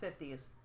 50s